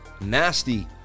Nasty